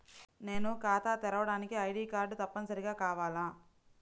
నేను ఖాతా తెరవడానికి ఐ.డీ కార్డు తప్పనిసారిగా కావాలా?